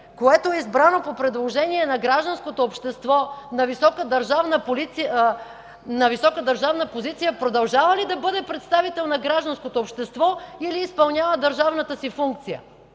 лице, избрано по предложение на гражданското общество на висока държавна позиция, продължава ли да бъде представител на гражданското общество, или изпълнява държавната си функция?!